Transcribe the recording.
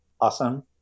awesome